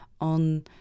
on